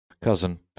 Cousin